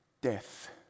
death